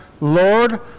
Lord